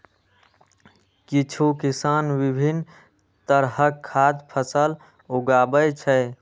किछु किसान विभिन्न तरहक खाद्य फसल उगाबै छै